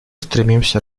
стремимся